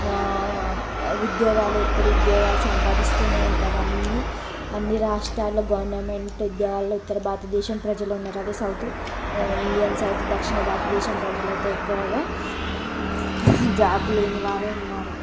ఉద్యోగాలు ఎప్పుడు ఉద్యోగాలు సంపాదిస్తూనే ఉంటారు అన్ని అన్ని రాష్ట్రాల్లో గవర్నమెంట్ ఉద్యోగాల్లో ఉత్తర భారతదేశం ప్రజలు ఉన్నారు అదే సౌత్ ఇండియన్స్ అయితే దక్షిణ భారతదేశం ప్రజలు అయితే ఎక్కువగా జాబ్ లేని వారే ఉన్నారు